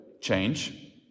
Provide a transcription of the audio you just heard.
Change